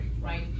right